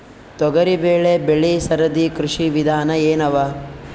ತೊಗರಿಬೇಳೆ ಬೆಳಿ ಸರದಿ ಕೃಷಿ ವಿಧಾನ ಎನವ?